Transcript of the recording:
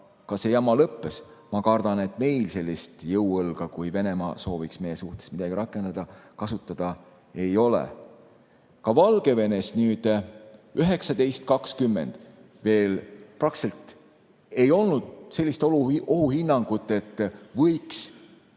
Ja see jama ka lõppes. Ma kardan, et meil sellist jõuõlga, kui Venemaa sooviks meie suhtes midagi rakendada, kasutada ei ole. Ka Valgevenes 2019 ja 2020 veel praktiliselt ei olnud sellist ohuhinnangut, et võiks